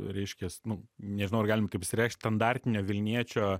reiškias nu nežinau ar galim taip išsireikšt standartinio vilniečio